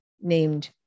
named